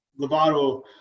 Lovato